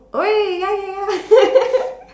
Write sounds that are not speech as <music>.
oh ya ya ya <laughs>